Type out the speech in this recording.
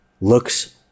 looks